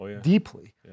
deeply